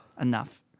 Enough